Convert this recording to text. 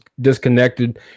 disconnected